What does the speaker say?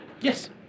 Yes